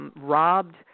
robbed